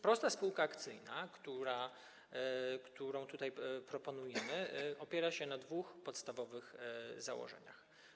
Prosta spółka akcyjna, którą proponujemy, opiera się na dwóch podstawowych założeniach.